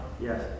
Yes